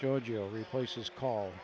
giorgio replaces call